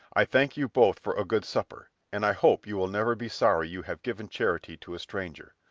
i thank you both for a good supper, and i hope you will never be sorry you have given charity to a stranger.